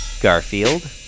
Garfield